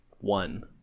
one